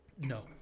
No